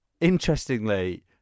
Interestingly